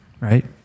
right